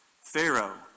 Pharaoh